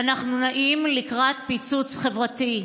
ואנחנו נעים לקראת פיצוץ חברתי.